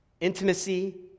intimacy